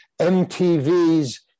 MTV's